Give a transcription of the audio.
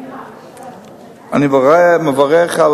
אני רק אומר לך.